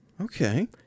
Okay